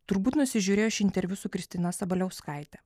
turbūt nusižiūrėjo šį interviu su kristina sabaliauskaite